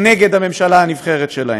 נגד הממשלה הנבחרת שלהן.